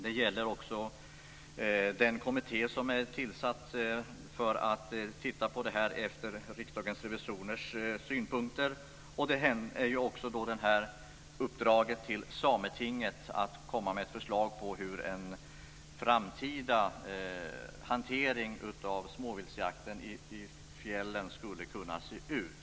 Det gäller också den kommitté som är tillsatt för att titta på frågan efter Riksdagens revisorers synpunkter samt uppdraget till Sametinget att komma med ett förslag på hur en framtida hantering av småviltsjakten i fjällen skulle kunna se ut.